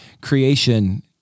creation